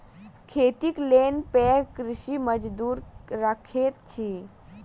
खेतीक लेल पैघ कृषक मजदूर रखैत अछि